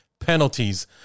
penalties